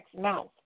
mouth